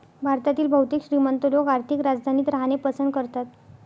भारतातील बहुतेक श्रीमंत लोक आर्थिक राजधानीत राहणे पसंत करतात